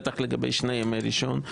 בטח לגבי שני ימי ראשון.